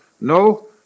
No